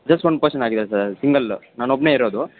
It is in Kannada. ಜಸ್ಟ್ ಒನ್ ಪರ್ಸನ್ ಆಗಿದೆ ಸರ್ ಸಿಂಗಲ್ಲು ನಾನು ಒಬ್ಬನೇ ಇರೋದು